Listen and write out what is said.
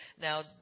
Now